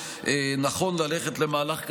נכון ללכת למהלך כזה,